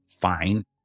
fine